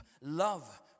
love